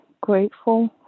grateful